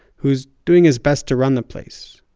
who's doing his best to run the place.